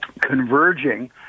converging